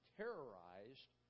terrorized